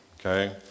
Okay